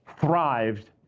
thrived